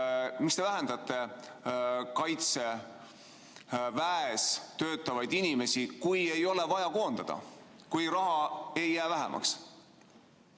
miks te vähendate Kaitseväes töötavate inimeste arvu, kui ei ole vaja koondada, kui raha ei jää vähemaks?